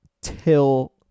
Till